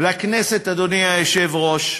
ולכנסת, אדוני היושב-ראש,